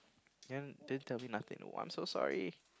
you want didn't tell me nothing I'm so sorry